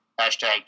hashtag